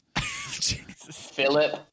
Philip